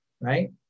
right